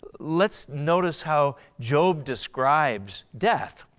let's notice how job describes death.